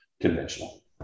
conventional